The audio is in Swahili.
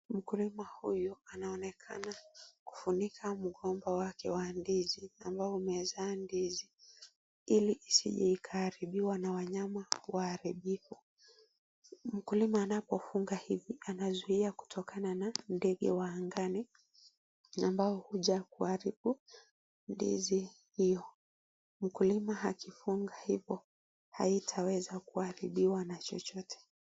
Mkulima huyu anaonekana kufunukika mgomba wake wa ndizi ambao umezaa ndizi ili isije ikaharibiwa na wanyama waharibifu